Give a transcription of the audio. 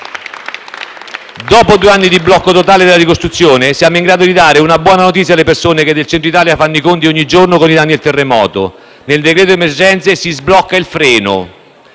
Dopo due anni di blocco totale della ricostruzione, siamo in grado di dare una buona notizia alle persone che nel Centro Italia fanno i conti ogni giorno con i danni del terremoto: nel cosiddetto decreto emergenze si sblocca il freno